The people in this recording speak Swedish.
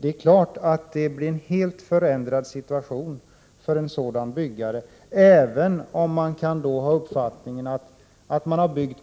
Det är klart att det är en helt förändrad situation för en sådan byggare, även om man kan ha uppfattningen att